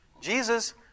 Jesus